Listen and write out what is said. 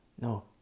No